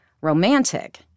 romantic